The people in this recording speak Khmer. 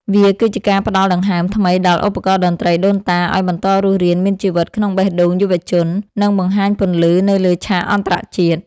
វាគឺជាការផ្ដល់ដង្ហើមថ្មីដល់ឧបករណ៍តន្ត្រីដូនតា ឱ្យបន្តរស់រានមានជីវិតក្នុងបេះដូងយុវជន និងបង្ហាញពន្លឺនៅលើឆាកអន្តរជាតិ។